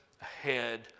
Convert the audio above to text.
ahead